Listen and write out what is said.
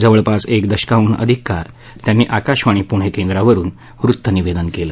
जवळपास एक दशकाहन अधिक काळ त्यांनी आकाशवाणी पुणे केंद्रा वरून वृत्तनिवेदन केलं